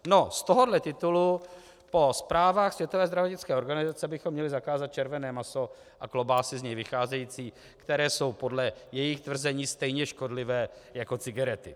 Z tohohle titulu po zprávách Světové zdravotnické organizace bychom měli zakázat červené maso a klobásy z něj vycházející, které jsou podle jejich tvrzení stejně škodlivé jako cigarety.